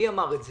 מי אמר את זה?